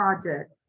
project